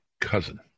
cousin